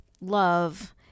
love